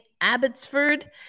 Abbotsford